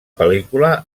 pel·lícula